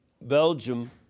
Belgium